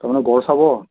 তাৰমানে গঁড় চাব